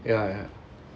ya ya